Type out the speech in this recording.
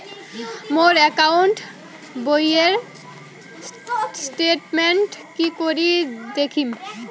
মোর account বইয়ের statement কি করি দেখিম?